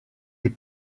des